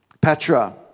Petra